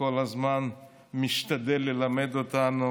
כל הזמן משתדל ללמד אותנו,